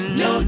no